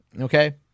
Okay